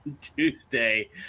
Tuesday